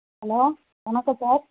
hello வணக்கம் sir